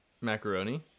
macaroni